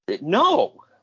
No